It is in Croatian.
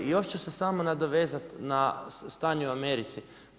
Još ću se samo nadovezati na stanje u Americi.